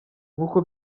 nkuko